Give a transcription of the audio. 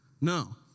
No